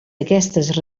aquestes